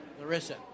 Larissa